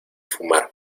fumar